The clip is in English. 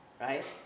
right